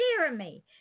Jeremy